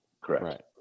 Correct